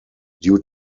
due